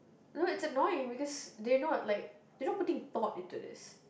no it's annoying because they not like they not putting thought into this